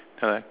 then after that